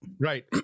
Right